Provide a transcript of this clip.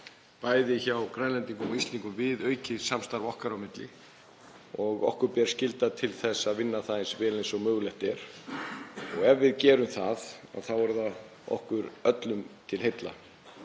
bæði hjá Grænlendingum og Íslendingum, við aukið samstarf okkar á milli og okkur ber skylda til að vinna það eins vel og mögulegt er. Ef við gerum það þá verður það okkur öllum til heilla.